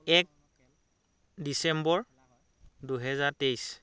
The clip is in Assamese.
এক ডিচেম্বৰ দুহেজাৰ তেইছ